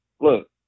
look